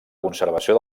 conservació